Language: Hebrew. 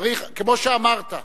כמו שאמרת,